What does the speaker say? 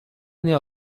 nie